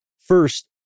First